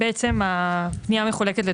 בעצם הפנייה מחולקת לתכניות,